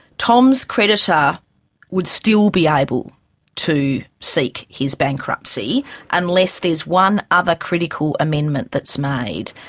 tom's creditor would still be able to seek his bankruptcy unless there's one other critical amendment that's made,